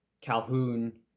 Calhoun